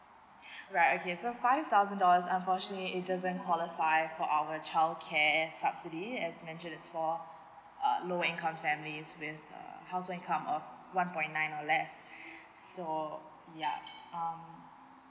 right okay so five thousand dollars unfortunately it doesn't qualify for our childcare subsidies as mention it's for err lower income families with uh household income of one point nine or less so yeah um